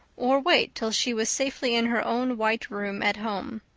or wait till she was safely in her own white room at home.